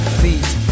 feet